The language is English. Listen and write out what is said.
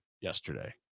yesterday